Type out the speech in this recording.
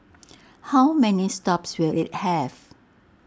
how many stops will IT have